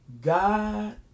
God